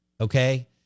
Okay